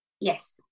Yes